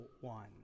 one